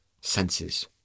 senses